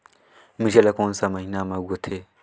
मिरचा ला कोन सा महीन मां उगथे?